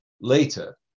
later